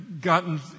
gotten